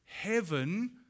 heaven